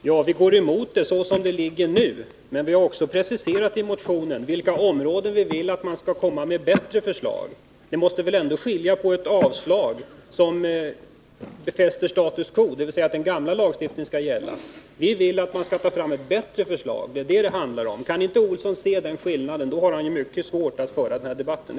Herr talman! Vi går emot förslaget såsom det nu föreligger, men vi har i vår motion preciserat på vilka områden vi vill att man skall ta fram bättre förslag. Det måste väl ändå vara skillnad på ett avslag som befäster status quo, dvs. att den gamla lagstiftningen skall gälla, och vårt yrkande att ett bättre förslag skall tas fram. Kan inte Martin Olsson se den skillnaden förstår jag att han har mycket svårt att föra den här debatten.